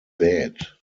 bed